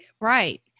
Right